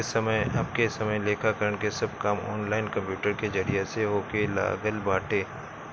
अबके समय में लेखाकरण के सब काम ऑनलाइन कंप्यूटर के जरिया से होखे लागल बाटे